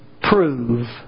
prove